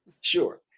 Sure